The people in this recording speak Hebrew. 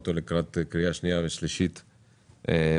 אותו לקראת קריאה שנייה ושלישית במליאה.